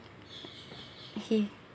okay